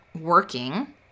working